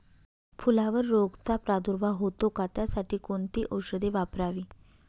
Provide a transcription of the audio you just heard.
फुलावर रोगचा प्रादुर्भाव होतो का? त्यासाठी कोणती औषधे वापरावी?